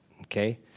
okay